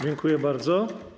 Dziękuję bardzo.